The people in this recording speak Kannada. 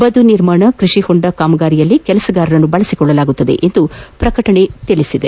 ಬದು ನಿರ್ಮಾಣ ಕೈಷಿ ಹೊಂಡ ಕಾಮಗಾರಿಗಳಲ್ಲಿ ಕೆಲಸಗಾರರನ್ನು ಬಳಸಿಕೊಳ್ಳಲಾಗುವುದು ಎಂದು ಪ್ರಕಟಣೆ ತಿಳಿಸಿದೆ